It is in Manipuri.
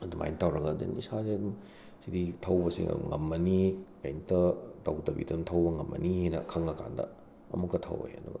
ꯑꯗꯨꯃꯥꯏꯅ ꯇꯧꯔꯒ ꯗꯦꯟ ꯏꯁꯥꯁꯦ ꯑꯗꯨꯝ ꯁꯤꯗꯤ ꯊꯧꯕꯁꯦ ꯉꯝꯃꯅꯤ ꯀꯩꯝꯇ ꯇꯧꯗꯕꯤꯗ ꯑꯗꯨꯝ ꯊꯧꯕ ꯉꯝꯃꯅꯤꯅ ꯈꯪꯉꯀꯥꯟꯗ ꯑꯃꯨꯛꯀ ꯊꯧꯋꯦ